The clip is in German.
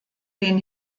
den